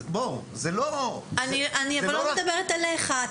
אני לא מדברת עליך.